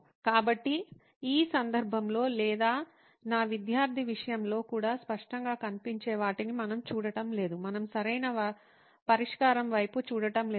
కాబట్టి ఈ సందర్భంలో లేదా నా విద్యార్థి విషయంలో కూడా స్పష్టంగా కనిపించే వాటిని మనం చూడటం లేదు మనము సరైన పరిష్కారం వైపు చూడటం లేదు